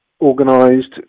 organised